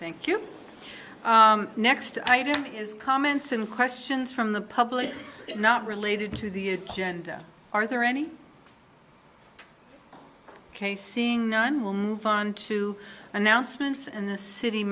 thank you next item is comments and questions from the public not related to the agenda are there any ok seeing none will move on to announcements and the city